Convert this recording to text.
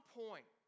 point